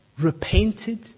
repented